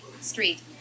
Street